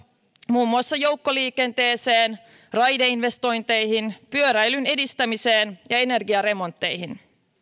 muun muassa joukkoliikenteeseen raideinvestointeihin pyöräilyn edistämiseen ja energiaremontteihin